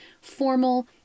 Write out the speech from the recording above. formal